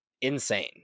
insane